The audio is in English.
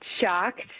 shocked